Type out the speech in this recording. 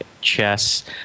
chess